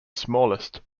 smallest